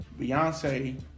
Beyonce